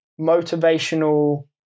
motivational